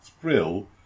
thrill